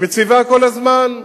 היא מציבה כל הזמן.